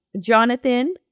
Jonathan